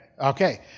Okay